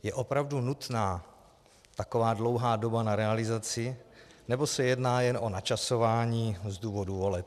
Je opravdu nutná taková dlouhá doba na realizaci, nebo se jedná jen o načasování z důvodu voleb?